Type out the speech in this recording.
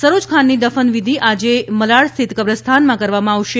સરોજ ખાનની દફનવિધી આજે મલાડ સ્થિત કબ્રસ્તાનમાં કરવામાં આવશે